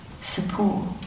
support